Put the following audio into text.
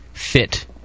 fit